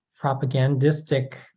propagandistic